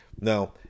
now